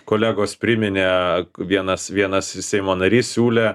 kolegos priminė vienas vienas seimo narys siūlė